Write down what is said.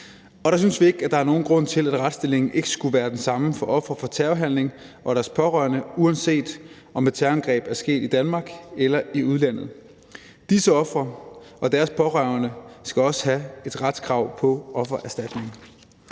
Og der synes vi ikke, at der er nogen grund til, at retsstillingen ikke skulle være den samme for ofre for terrorhandlinger og deres pårørende, uanset om et terrorangreb er sket i Danmark eller i udlandet. Disse ofre og deres pårørende skal også have et retskrav på at få erstatning.